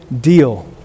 deal